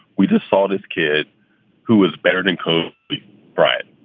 we just saw this kid who was better than kobe bryant.